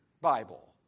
Bible